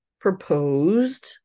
proposed